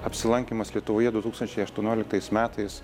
apsilankymas lietuvoje du tūkstančiai aštuonioliktais metais